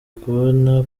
kubona